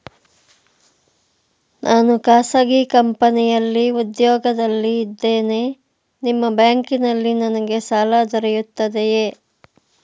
ನಾನು ಖಾಸಗಿ ಕಂಪನಿಯಲ್ಲಿ ಉದ್ಯೋಗದಲ್ಲಿ ಇದ್ದೇನೆ ನಿಮ್ಮ ಬ್ಯಾಂಕಿನಲ್ಲಿ ನನಗೆ ಸಾಲ ದೊರೆಯುತ್ತದೆಯೇ?